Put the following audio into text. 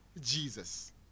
Jesus